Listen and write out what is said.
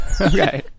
Okay